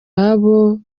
abo